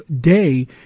day